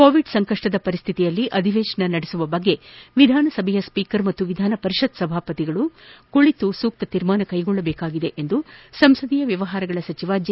Covid ಸಂಕಪ್ಪದ ಪರಿಸ್ಥಿತಿಯಲ್ಲಿ ಅಧಿವೇಶನ ನಡೆಸುವ ಕುರಿತು ವಿಧಾನಸಭಾ ಸ್ವೀಕರ್ ಹಾಗೂ ವಿಧಾನಪರಿಷತ್ ಸಭಾಪತಿ ಅವರು ಕುಳಿತು ಸೂಕ್ತ ತೀರ್ಮಾನ ಕೈಗೊಳ್ಳಬೇಕಾಗಿದೆ ಎಂದು ಸಂಸದೀಯ ವ್ಯವಹಾರಗಳ ಸಚಿವ ಜೆ